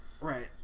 right